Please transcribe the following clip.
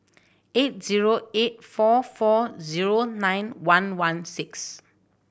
eight zero eight four four zero nine one one six